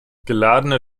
geladene